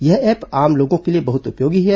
यह ऐप आम लोगों के लिए बहुत ही उपयोगी है